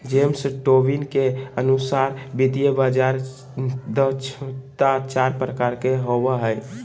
James Tobin के अनुसार वित्तीय बाजार दक्षता चार प्रकार के होवो हय